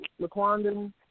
Laquan